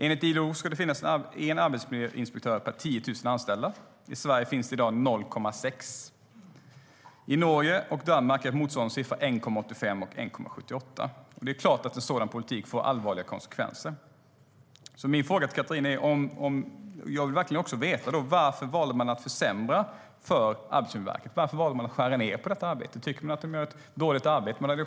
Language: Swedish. Enligt ILO ska det finnas en arbetsmiljöinspektör per 10 000 anställda. I Sverige är det i dag 0,6. I Norge och Danmark är motsvarande siffra 1,85 respektive 1,78. Det är klart att en sådan politik får allvarliga konsekvenser. Jag vill verkligen veta varför ni valde att försämra för Arbetsmiljöverket, Katarina. Varför valde ni att skära ned på detta arbete? Tycker ni att de gör ett dåligt arbete?